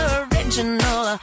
original